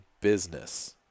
business